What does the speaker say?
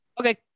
Okay